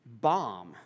bomb